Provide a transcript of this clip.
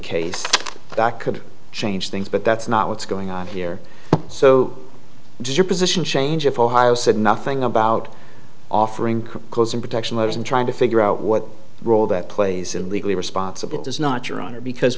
case that could change things but that's not what's going on here so does your position change if ohio said nothing about offering cause and protection matters and trying to figure out what role that plays in legally responsible does not your honor because